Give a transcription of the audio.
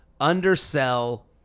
Undersell